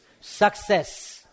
success